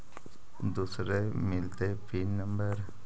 दुसरे मिलतै pin number?